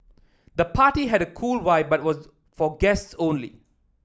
the party had a cool vibe but was for guests only